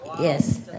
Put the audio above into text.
Yes